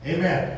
Amen